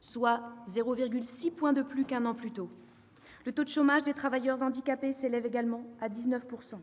soit 0,6 point de plus qu'un an plus tôt. Le taux de chômage des travailleurs handicapés s'élève également à 19 %.